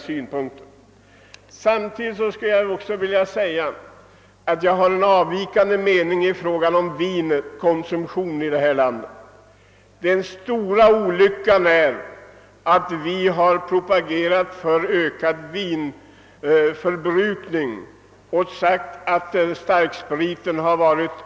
Samtidigt skulle jag vilja säga att jag har en avvikande mening i fråga om vinkonsumtionen i detta land. Den stora olyckan är att vi har propagerat för ökad vinförbrukning och sagt att starkspriten är farlig.